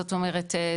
זאת אומרת,